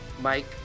mike